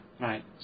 Right